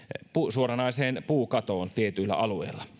suoranaiseen puukatoon tietyillä alueilla